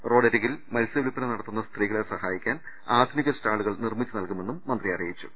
റോഡരികിൽ മത്സ്യവില്പന നടത്തുന്ന സ്ത്രീകളെ സഹായിക്കാൻ ആധുനിക സ്റ്റാളുകൾ നിർമ്മിച്ചുനൽകുമെന്നും മന്ത്രി അറിയിച്ചു